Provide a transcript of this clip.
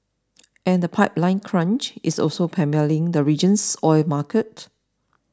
and the pipeline crunch is also pummelling the region's oil market